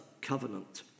covenant